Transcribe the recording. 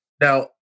Now